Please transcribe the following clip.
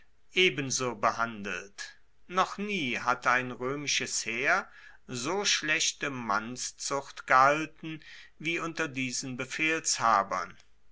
ebenso behandelt noch nie hatte ein roemisches heer so schlechte mannszucht gehalten wie unter diesen befehlshabern